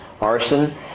arson